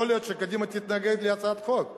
יכול להיות שקדימה תתנגד להצעת החוק,